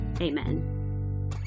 amen